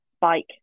bike